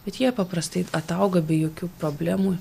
bet jie paprastai atauga be jokių problemų